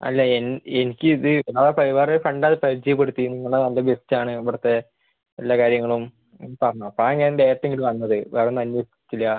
അല്ല എൻ എനിക്ക് ഇത് ആ പരിപാടി കണ്ട് അത് പരിചയപ്പെടുത്തി നിങ്ങൾ നല്ല ബെസ്റ്റ് ആണ് ഇവിടുത്തെ എല്ലാ കാര്യങ്ങളും മ് പറഞ്ഞു അപ്പം അതാണ് ഞാൻ ഡയറെറ്റ് ഇങ്ങോട്ട് വന്നത് വേറെ ഒന്നും അന്വേഷിച്ചില്ല